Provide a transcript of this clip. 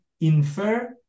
infer